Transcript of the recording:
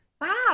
Wow